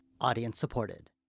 Audience-supported